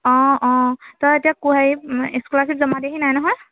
অঁ অঁ হেৰি তই এতিয়া হেৰি স্কলাৰশ্বিপ জমা দিয়াহি নাই নহয়